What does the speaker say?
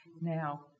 Now